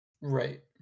right